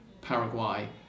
Paraguay